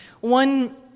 One